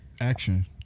action